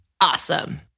Awesome